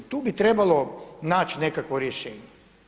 Tu bi trebalo naći nekakvo rješenje.